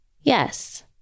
Yes